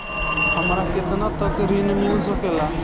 हमरा केतना तक ऋण मिल सके ला?